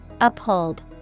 Uphold